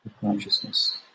consciousness